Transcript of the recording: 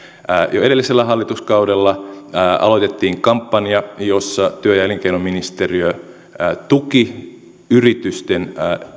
jo edellisellä hallituskaudella aloitettiin kampanja jossa työ ja elinkeinoministeriö tuki yritysten